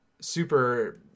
super